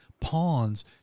pawns